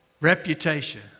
Reputation